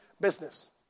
business